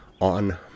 on